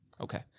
Okay